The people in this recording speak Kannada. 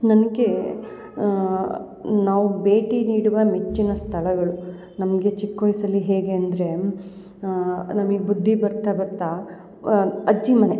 ನನಗೆ ನಾವು ಭೇಟಿ ನೀಡುವ ನೆಚ್ಚಿನ ಸ್ಥಳಗಳು ನಮಗೆ ಚಿಕ್ಕ ವಯಸ್ಸಲ್ಲಿ ಹೇಗೆ ಅಂದ್ರೆ ನಮಗ್ ಬುದ್ಧಿ ಬರ್ತಾ ಬರ್ತಾ ಅಜ್ಜಿ ಮನೆ